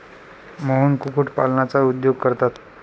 मोहन कुक्कुटपालनाचा उद्योग करतात